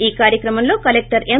ఈ కార్యక్రమంలో కలెక్టర్ ఎం